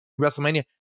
Wrestlemania